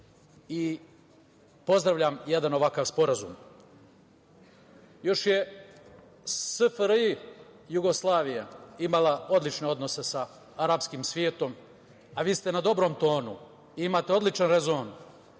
i pozdravljam jedan ovakav sporazum. Još je SFRJ imala odlične odnose sa arapskim svetom, a vi ste na dobrom tonu, imate odličan rezon.